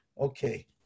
Okay